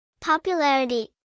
Popularity